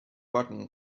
button